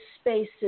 spaces